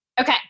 Okay